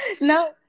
No